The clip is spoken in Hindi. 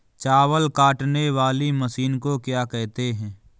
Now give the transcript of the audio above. चावल काटने वाली मशीन को क्या कहते हैं?